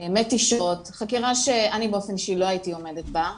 מתישות, חקירה שאני באופן אישי לא הייתי עומדת בה,